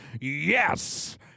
Yes